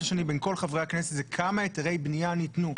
השני בין כל חברי הכנסת היא כמה היתרי בנייה לדירות ניתנו?